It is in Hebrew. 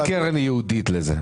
אין קרן ייעודית לזה.